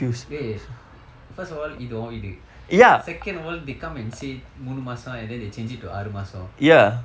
wait first of all இது உன் வீட்டு:ithu un vittu second of all they come and say மூன்று மாதம்:muundru maatham and then they change it to ஆறு மாதம்:aaru maatham